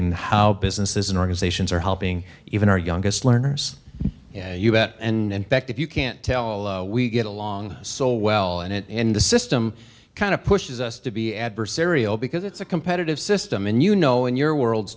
and how businesses and organizations are helping even our youngest learners and in fact if you can't tell us we get along so well and it in the system kind pushes us to be adversarial because it's a competitive system and you know in your world